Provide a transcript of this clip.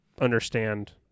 understand